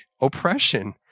oppression